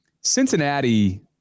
Cincinnati